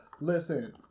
Listen